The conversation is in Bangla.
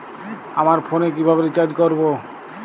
আমার ফোনে কিভাবে রিচার্জ করবো?